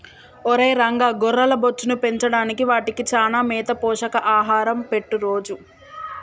ఒరై రంగ గొర్రెల బొచ్చును పెంచడానికి వాటికి చానా మేత పోషక ఆహారం పెట్టు రోజూ